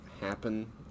happen